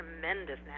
tremendous